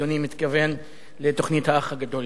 אדוני מתכוון לתוכנית "האח הגדול".